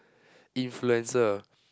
influencer